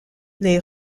les